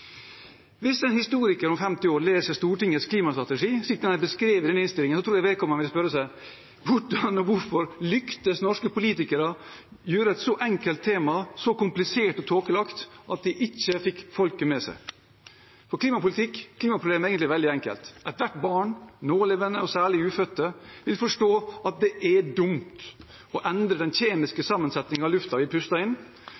Hvis en historiker om 50 år leser Stortingets klimastrategi, slik den er beskrevet i denne innstillingen, tror jeg vedkommende vil spørre seg: «Hvordan og hvorfor lyktes norske politikere i å gjøre et så enkelt tema så komplisert og tåkelagt at de ikke fikk folket med seg?» For klimaproblemet er egentlig veldig enkelt: Ethvert barn – nålevende, og særlig ufødte – vil forstå at det er dumt å endre den